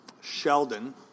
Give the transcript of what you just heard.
Sheldon